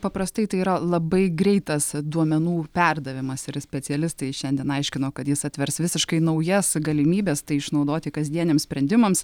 paprastai tai yra labai greitas duomenų perdavimas ir specialistai šiandien aiškino kad jis atvers visiškai naujas galimybes tai išnaudoti kasdieniams sprendimams